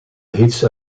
hits